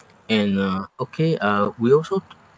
and uh okay uh we also